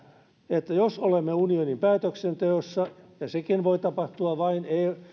että jos olemme unionin päätöksenteossa ja sekin voi tapahtua vain